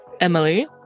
Emily